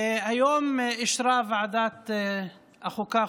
היום אישרה ועדת החוקה,